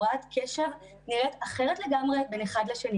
הפרעת קשב נראית אחרת לגמרי בין אחד לשני,